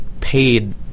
paid –